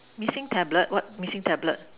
missing tablet what missing tablet